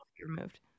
removed